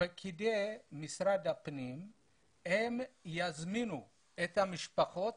פקידי משרד הפנים יזמינו את המשפחות